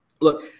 look